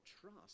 trust